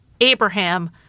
Abraham